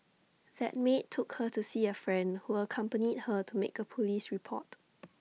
that maid took her to see A friend who accompanied her to make A Police report